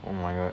oh my god